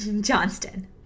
johnston